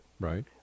Right